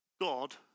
God